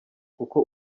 kuko